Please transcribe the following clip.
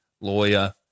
lawyer